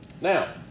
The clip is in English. now